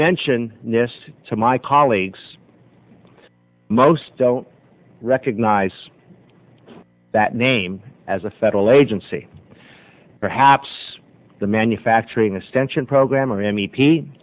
mention this to my colleagues most don't recognize that name as a federal agency perhaps the manufacturing extension program or m e p